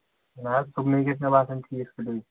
نہ حظ صبحنٕے گژھِ مےٚ باسن ٹھیٖک سُے